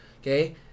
Okay